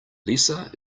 lisa